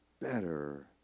better